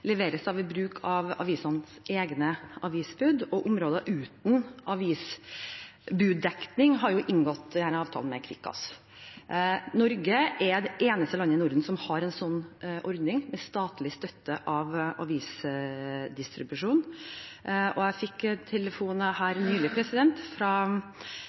leveres ved bruk av avisenes egne avisbud, og områder uten avisbuddekning har inngått denne avtalen med Kvikkas. Norge er det eneste landet i Norden som har en ordning med statlig støtte til avisdistribusjon. Jeg fikk